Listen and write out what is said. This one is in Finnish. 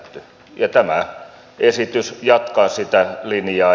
tämä esitys jatkaa sitä linjaa